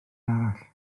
arall